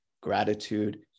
gratitude